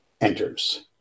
enters